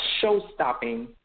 show-stopping